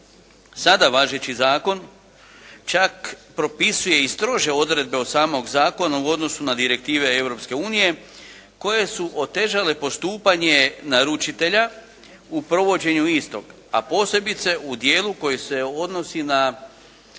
Sada važeći zakon čak propisuje i strože odredbe od samog zakona u odnosu na direktive Europske unije koje su otežale postupanje naručitelja u provođenju istog, a posebice u dijelu koji se odnosi na